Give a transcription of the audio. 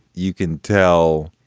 you can tell.